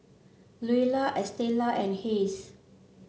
Luella Estela and Hays